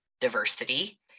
diversity